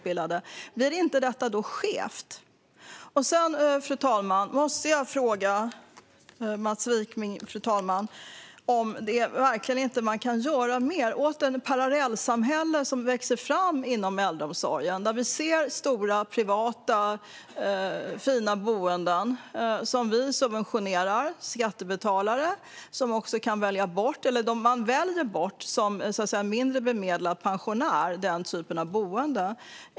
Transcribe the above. Blir inte detta skevt? Sedan, fru talman, måste jag fråga Mats Wiking om man verkligen inte kan göra mer åt det parallellsamhälle som växer fram inom äldreomsorgen. Vi ser stora, fina privata boenden som vi skattebetalare subventionerar. Som mindre bemedlad pensionär väljer man bort den typen av boende.